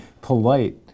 polite